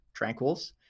Tranquils